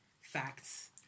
Facts